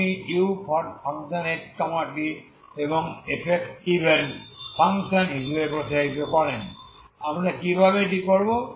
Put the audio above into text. আপনি uxt এবং f even function হিসাবে প্রসারিত করেন আমরা কীভাবে এটি করব